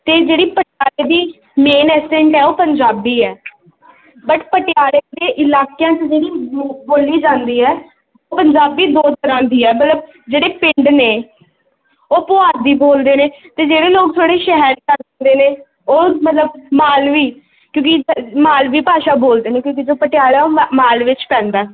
ਅਤੇ ਜਿਹੜੀ ਪਟਿਆਲੇ ਦੀ ਮੇਨ ਐਸੈਂਟ ਹੈ ਉਹ ਪੰਜਾਬੀ ਹੈ ਬਟ ਪਟਿਆਲੇ ਦੇ ਇਲਾਕਿਆਂ 'ਚ ਜਿਹੜੀ ਬੋ ਬੋਲੀ ਜਾਂਦੀ ਹੈ ਉਹ ਪੰਜਾਬੀ ਦੋ ਤਰ੍ਹਾਂ ਦੀ ਹੈ ਮਤਲਬ ਜਿਹੜੇ ਪਿੰਡ ਨੇ ਉਹ ਪੁਆਧੀ ਬੋਲਦੇ ਨੇ ਅਤੇ ਜਿਹੜੇ ਲੋਕ ਥੋੜ੍ਹੇ ਸ਼ਹਿਰ ਨੇ ਉਹ ਮਤਲਬ ਮਾਲਵੀ ਕਿਉਂਕਿ ਮਾਲਵੀ ਭਾਸ਼ਾ ਬੋਲਦੇ ਨੇ ਕਿਉਂਕਿ ਜੋ ਪਟਿਆਲਾ ਉਹ ਮਾਲਵੇ 'ਚ ਪੈਂਦਾ